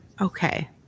Okay